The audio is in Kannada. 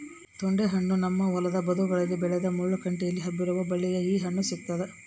ತೊಂಡೆಹಣ್ಣು ನಮ್ಮ ಹೊಲದ ಬದುಗಳಲ್ಲಿ ಬೆಳೆದ ಮುಳ್ಳು ಕಂಟಿಯಲ್ಲಿ ಹಬ್ಬಿರುವ ಬಳ್ಳಿಯಲ್ಲಿ ಈ ಹಣ್ಣು ಸಿಗ್ತಾದ